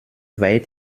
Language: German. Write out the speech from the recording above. weit